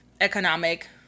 Economic